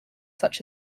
such